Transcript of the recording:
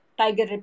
tiger